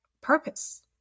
purpose